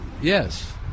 Yes